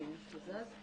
(מצגת) תודה.